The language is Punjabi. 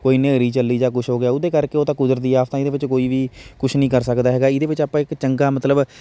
ਕੋਈ ਹਨੇਰੀ ਚੱਲੀ ਜਾਂ ਕੁਛ ਹੋ ਗਿਆ ਉਹਦੇ ਕਰਕੇ ਉਹ ਤਾਂ ਕੁਦਰਤੀ ਆਫਤਾਂ ਇਹਦੇ ਵਿੱਚ ਕੋਈ ਵੀ ਕੁਛ ਨਹੀਂ ਕਰ ਸਕਦਾ ਹੈਗਾ ਇਹਦੇ ਵਿੱਚ ਆਪਾਂ ਇੱਕ ਚੰਗਾ ਮਤਲਬ